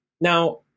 now